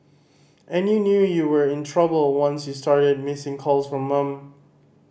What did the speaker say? and you knew you were in trouble once you started missing calls from mum